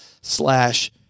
slash